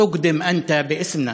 כאשר אתה בא להגיש בשמנו,